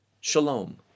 shalom